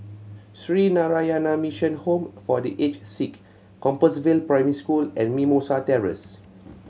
Sree Narayana Mission Home for The Aged Sick Compassvale Primary School and Mimosa Terrace